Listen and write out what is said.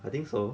I think so